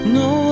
no